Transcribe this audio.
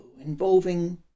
involving